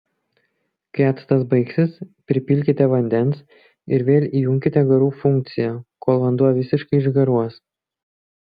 kai actas baigsis pripilkite vandens ir vėl įjunkite garų funkciją kol vanduo visiškai išgaruos